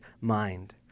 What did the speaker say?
mind